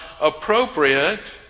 appropriate